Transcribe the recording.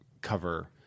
cover